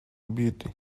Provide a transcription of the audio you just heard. beauty